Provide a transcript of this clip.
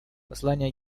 послание